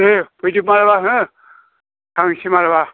दे फैदो माब्लाबा हो थांसै मालाबा